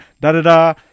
da-da-da